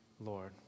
Lord